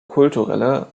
kulturelle